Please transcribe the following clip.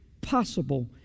possible